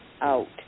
out